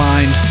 Mind